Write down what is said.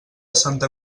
santa